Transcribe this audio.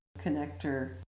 connector